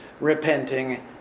repenting